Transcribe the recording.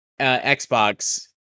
Xbox